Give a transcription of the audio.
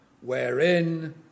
wherein